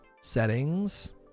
Settings